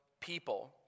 people